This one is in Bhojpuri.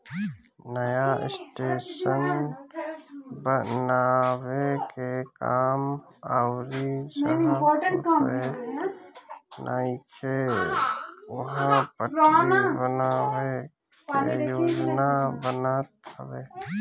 नया स्टेशन बनावे के काम अउरी जहवा रेल नइखे उहा पटरी बनावे के योजना बनत हवे